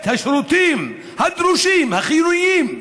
את השירותים הדרושים, החיוניים,